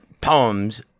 poems